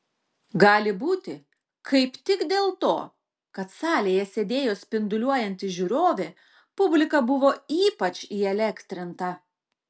gali būti kaip tik dėl to kad salėje sėdėjo spinduliuojanti žiūrovė publika buvo ypač įelektrinta